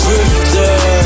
Drifter